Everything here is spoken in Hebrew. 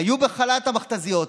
היו בחל"ת, המכת"זיות.